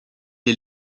est